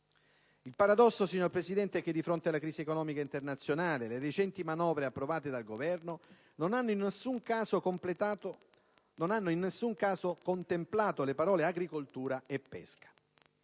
Presidente, è che di fronte alla crisi economica internazionale le recenti manovre approvate dal Governo non hanno in nessun caso contemplato le parole «agricoltura» e «pesca».